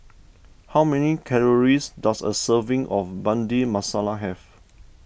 how many calories does a serving of Bhindi Masala have